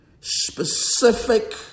Specific